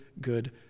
good